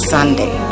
Sunday